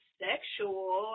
sexual